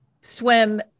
swim